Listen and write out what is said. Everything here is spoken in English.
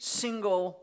single